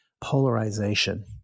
polarization